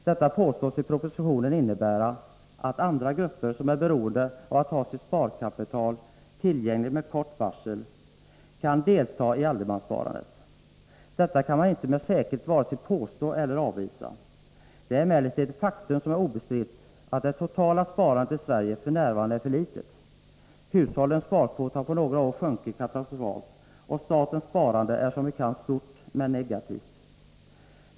Detta påstås i propositionen innebära att andra grupper, som är beroende av att ha sitt sparkapital tillgängligt med kort varsel, kan delta i allemanssparandet. Detta kan man inte med säkerhet vare sig påstå eller avvisa. Det ä emellertid ett obestritt faktum att det totala sparandet i Sverige f. n. är för litet. Hushållens sparkvot har på några år sjunkit katastrofalt, och statens sparande är som bekant stort men negativt.